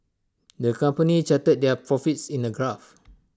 the company charted their profits in A graph